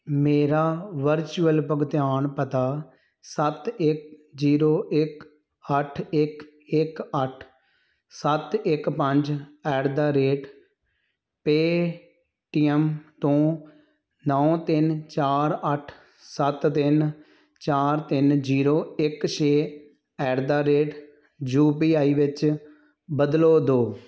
ਮੇਰਾ ਵਰਚੁਅਲ ਭੁਗਤਾਨ ਪਤਾ ਸੱਤ ਇੱਕ ਜ਼ੀਰੋ ਇੱਕ ਅੱਠ ਇੱਕ ਇੱਕ ਅੱਠ ਸੱਤ ਇੱਕ ਪੰਜ at the rate Paytm ਤੋਂ ਨੌਂ ਤਿੰਨ ਚਾਰ ਅੱਠ ਸੱਤ ਤਿੰਨ ਚਾਰ ਤਿੰਨ ਜ਼ੀਰੋ ਇੱਕ ਛੇ at the rate U P I ਵਿੱਚ ਬਦਲ ਦਿਉ